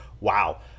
Wow